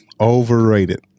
Overrated